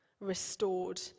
restored